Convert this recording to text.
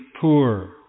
poor